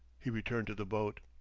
he returned to the boat.